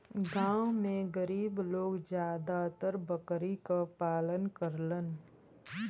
गांव में गरीब लोग जादातर बकरी क पालन करलन